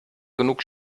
genug